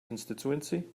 constituency